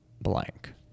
blank